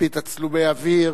על-פי תצלומי אוויר.